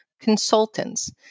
consultants